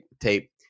tape